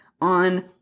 on